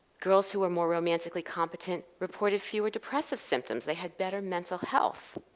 girls who are more romantically competent reported fewer depressive symptoms, they had better mental health.